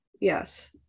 yes